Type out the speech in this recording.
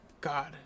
God